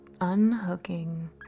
Unhooking